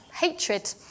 hatred